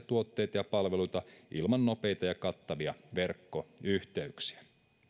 tuotteita ja palveluita ilman nopeita ja kattavia verkkoyhteyksiä